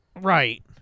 Right